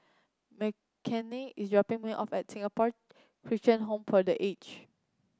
Mckinley is dropping me off at Singapore Christian Home for The Aged